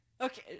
Okay